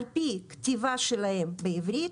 על פי הכתיבה שלהם בעברית,